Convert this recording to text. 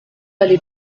aller